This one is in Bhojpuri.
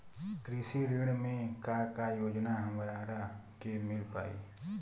कृषि ऋण मे का का योजना हमरा के मिल पाई?